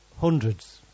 Hundreds